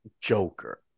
Joker